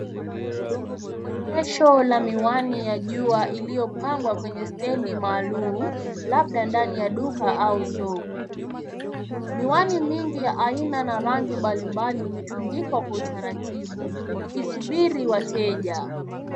Muonyesho la miwani ya jua iliyopangwa kwenye stendi maalum labda ndani ya duka au soko. Miwani mingi ya aina ya rangi mbalimbali imetundikwa kwa utaratibu iki subiri wateja.